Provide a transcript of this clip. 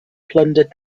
plundered